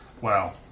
Wow